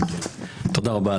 תודה רבה,